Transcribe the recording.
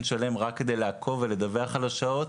שלם רק כדי לעקוב ולדווח על השעות,